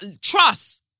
trust